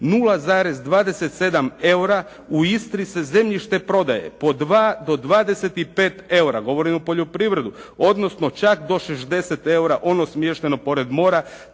0,27 EUR-a u Istri se zemljište prodaje po 2 do 25 EUR-a. Govorim o poljoprivredi odnosno čak do 60 EUR-a ono smješteno pored mora